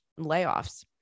layoffs